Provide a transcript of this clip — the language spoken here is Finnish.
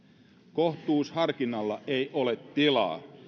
kohtuusharkinnalla ei ole tilaa